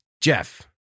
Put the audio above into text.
Jeff